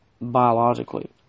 biologically